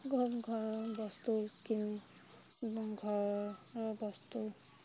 ঘৰৰ ঘৰৰ বস্তু কিনোঁ কিনোঁ ঘৰৰ বস্তু